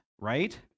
Right